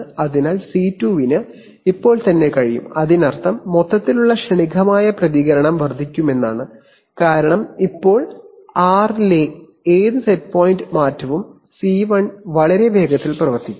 അതിനാൽ C2 ന് ഇപ്പോൾ തന്നെ കഴിയും അതിനർത്ഥം മൊത്തത്തിലുള്ള ക്ഷണികമായ പ്രതികരണം വർദ്ധിക്കുമെന്നാണ് കാരണം ഇപ്പോൾ r ലെ ഏത് സെറ്റ് പോയിൻറ് മാറ്റവും C1 വളരെ വേഗത്തിൽ പ്രവർത്തിക്കും